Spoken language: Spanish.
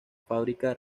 fábrica